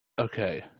Okay